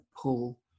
pull